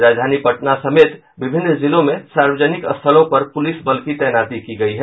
राजधानी पटना समेत विभिन्न जिलों में सार्वजनिक स्थलों पर पुलिस बल की तैनाती की गयी है